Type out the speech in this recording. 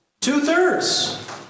Two-thirds